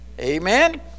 Amen